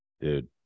Dude